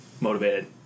motivated